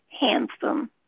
handsome